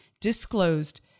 disclosed